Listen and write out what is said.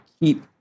keep